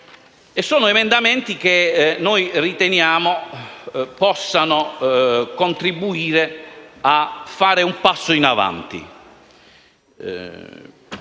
buonsenso, che noi riteniamo possano contribuire a fare un passo in avanti